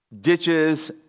ditches